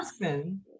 person